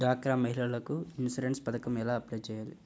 డ్వాక్రా మహిళలకు ఇన్సూరెన్స్ పథకం ఎలా అప్లై చెయ్యాలి?